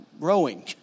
growing